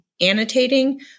annotating